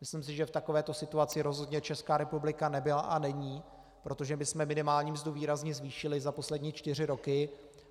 Myslím si, že v takové situaci rozhodně Česká republika nebyla a není, protože my jsme minimální mzdu výrazně zvýšili za poslední čtyři roky